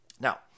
Now